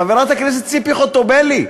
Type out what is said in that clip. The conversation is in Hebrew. חברת הכנסת ציפי חוטובלי,